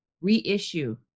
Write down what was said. reissue